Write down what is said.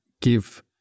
give